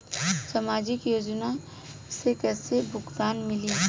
सामाजिक योजना से कइसे भुगतान मिली?